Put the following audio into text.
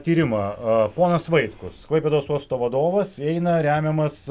tyrimą a ponas vaitkus klaipėdos uosto vadovas eina remiamas